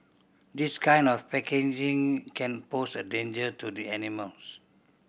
this kind of packaging can pose a danger to the animals